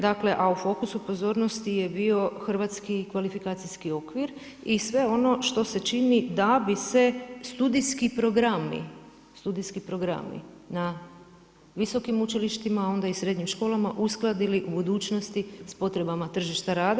Dakle a u fokusu pozornosti je bio hrvatski kvalifikacijski okvir i sve ono što se čini da bi se studijski programi, studijski programi na visokim učilištima a onda i srednjim školama uskladili u budućnosti s potrebama tržišta rada.